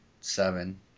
seven